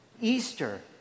Easter